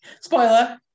Spoiler